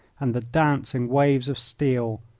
and the dancing waves of steel!